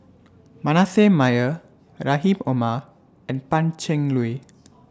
Manasseh Meyer Rahim Omar and Pan Cheng Lui